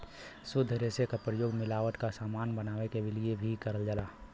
शुद्ध रेसे क प्रयोग मिलावट क समान बनावे क लिए भी करल जाला